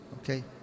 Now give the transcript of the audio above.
Okay